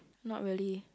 not really